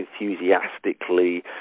enthusiastically